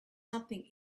something